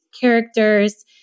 characters